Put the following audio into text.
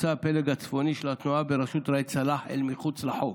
הוצא הפלג הצפוני של התנועה בראשות ראאד סלאח אל מחוץ לחוק.